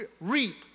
reap